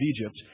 Egypt